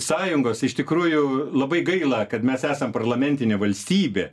sąjungos iš tikrųjų labai gaila kad mes esam parlamentinė valstybė